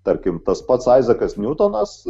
tarkim tas pats aizekas niutonas